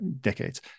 decades